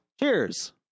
cheers